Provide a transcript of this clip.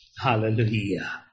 Hallelujah